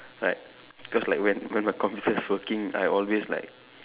like because like when when my computer is working I always like